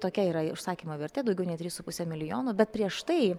tokia yra užsakymo vertė daugiau nei trys su puse milijono bet prieš tai